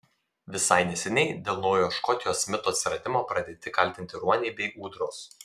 visai neseniai dėl naujojo škotijos mito atsiradimo pradėti kaltinti ruoniai bei ūdros